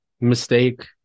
mistake